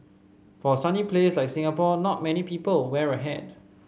for a sunny place like Singapore not many people wear a hat